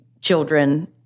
children